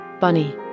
bunny